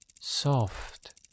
soft